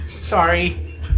Sorry